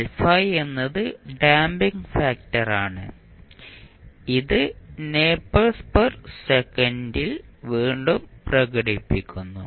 α എന്നത് ഡാപിംഗ് ഫാക്ടറാണ് ഇത് നേപേർസ് പെർ സെക്കൻഡിൽ വീണ്ടും പ്രകടിപ്പിക്കുന്നു